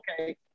okay